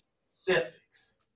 specifics